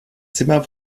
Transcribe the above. zimmer